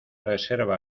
reserva